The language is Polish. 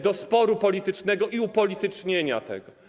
do sporu politycznego i upolitycznienia tego.